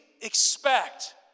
expect